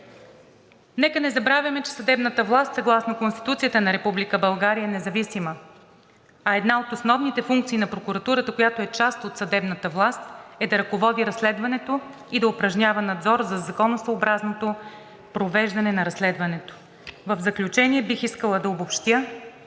Нека не забравяме, че съдебната власт, съгласно Конституцията на Република България е независима, а една от основните функции на прокуратурата, която е част от съдебната власт, е да ръководи разследването и да упражнява надзор за законосъобразното провеждане на разследването. В заключение, бих искала да обобщя: